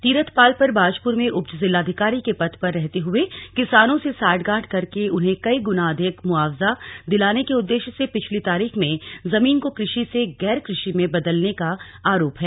तीरथ पाल पर बाजपुर में उपजिलाधिकारी के पद पर रहते हुए किसानों से सांठगांठ करके उन्हें कई गुना अधिक मुआवजा दिलाने के उद्देश्य से पिछली तारीख में जमीन को कृषि से गैरकृषि में बदलने का आरोप है